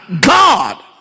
God